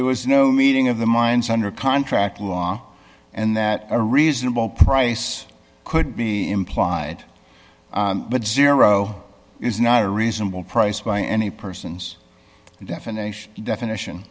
there was no meeting of the minds under contract law and that a reasonable price could be implied but zero is not a reasonable price by any person's definition